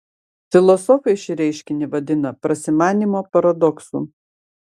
filosofai šį reiškinį vadina prasimanymo paradoksu